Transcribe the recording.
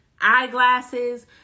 eyeglasses